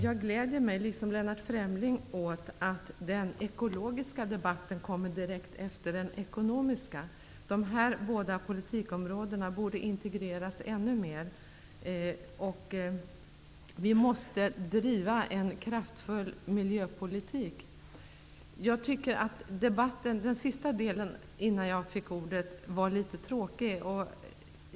Jag, liksom Lennart Fremling, gläder mig åt att den ekologiska debatten kommer direkt efter den ekonomiska. Dessa båda politikområden borde integreras ännu mer. Vi måste driva en kraftfull miljöpolitik. Jag tycker att den senare delen av debatten, innan jag fick ordet, var litet tråkig.